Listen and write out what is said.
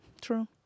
True